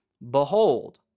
Behold